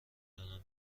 دانم